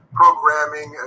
programming